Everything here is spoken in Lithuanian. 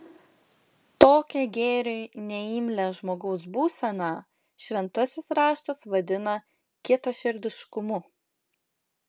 tokią gėriui neimlią žmogaus būseną šventasis raštas vadina kietaširdiškumu